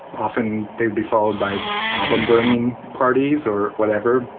often they would be followed by album burning parties or whatever.